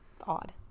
odd